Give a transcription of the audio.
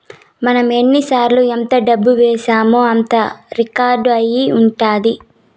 మనం ఎన్నిసార్లు ఎంత డబ్బు వేశామో అంతా రికార్డ్ అయి ఉంటది